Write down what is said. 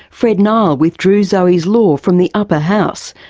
fred nile withdrew zoe's law from the upper house,